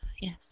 Yes